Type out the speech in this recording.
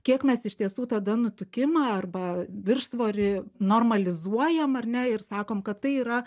kiek mes iš tiesų tada nutukimą arba viršsvorį normalizuojam ar ne ir sakom kad tai yra